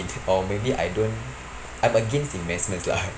or maybe I don't I'm against investments lah